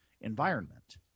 environment